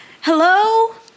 Hello